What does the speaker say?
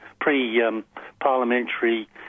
pre-parliamentary